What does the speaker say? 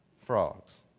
Frogs